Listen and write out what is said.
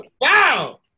Wow